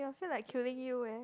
I feel like killing you eh